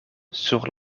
sur